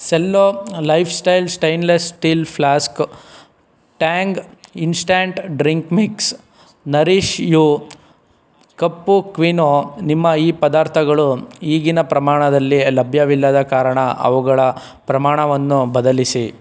cello life style stainless steel flask Tang instant drink mix Nourish you ಕಪ್ಪು quinoa ನಿಮ್ಮ ಈ ಪದಾರ್ಥಗಳು ಈಗಿನ ಪ್ರಮಾಣದಲ್ಲಿ ಲಭ್ಯವಿಲ್ಲದ ಕಾರಣ ಅವುಗಳ ಪ್ರಮಾಣವನ್ನು ಬದಲಿಸಿ